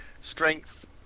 strength